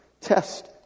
test